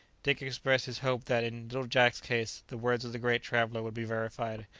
dick expressed his hope that, in little jack's case, the words of the great traveller would be verified,